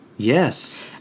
Yes